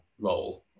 role